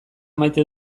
maite